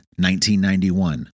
1991